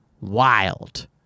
wild